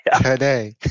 Today